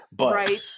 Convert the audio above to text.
Right